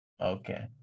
Okay